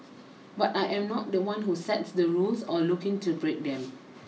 but I am not the one who sets the rules or looking to break them